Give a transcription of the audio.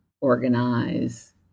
organize